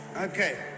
Okay